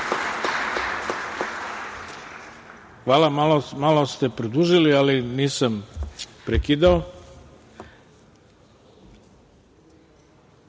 Hvala, malo ste produžili, ali nisam prekidao. Nema